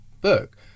book